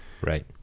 Right